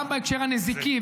גם בהקשר הנזיקי,